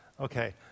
Okay